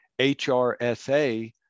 HRSA